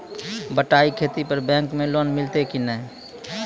बटाई खेती पर बैंक मे लोन मिलतै कि नैय?